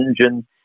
engine